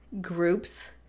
groups